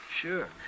Sure